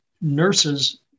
nurses